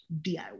DIY